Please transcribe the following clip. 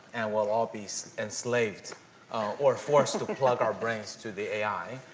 and we'll all be so enslaved or forced to plug our brains to the a i.